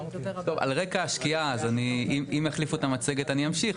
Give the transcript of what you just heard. אם יחליפו את המצגת אני אמשיך.